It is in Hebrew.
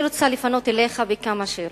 אני רוצה לפנות אליך בכמה שאלות: